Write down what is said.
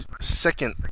second